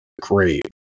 great